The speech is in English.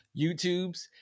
YouTubes